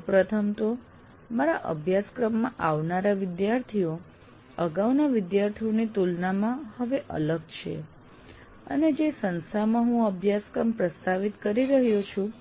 સૌપ્રથમ તો મારા અભ્યાસક્રમમાં આવનારા વિદ્યાર્થીઓ અગાઉના વિદ્યાર્થીઓની તુલનામાં હવે અલગ છે અને જે સંસ્થામાં હું આ અભ્યાસક્રમ પ્રસ્તાવિત કરી રહ્યો છું